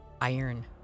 Iron